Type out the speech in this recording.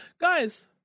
guys